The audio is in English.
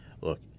Look